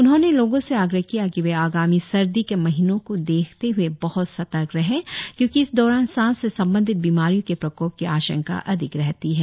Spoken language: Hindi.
उन्होंने लोगों से आग्रह किया कि वे आगामी सर्दी के महीनों को देखते हए बहत सतर्क रहें क्योंकि इस दौरान सांस से सम्बंधित बीमारियों के प्रकोप की आशंका अधिक रहती है